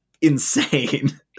insane